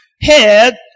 head